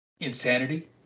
Insanity